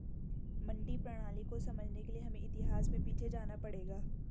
मंडी प्रणाली को समझने के लिए हमें इतिहास में पीछे जाना पड़ेगा